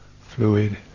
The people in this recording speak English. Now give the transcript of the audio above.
fluid